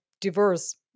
diverse